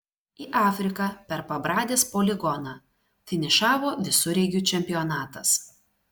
į afriką per pabradės poligoną finišavo visureigių čempionatas